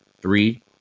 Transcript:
three